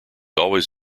always